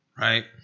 right